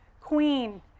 Queen